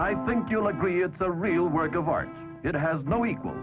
i think you'll agree it's a real work of art it has no equal